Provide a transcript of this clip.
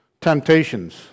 temptations